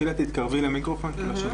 אני צ'ילה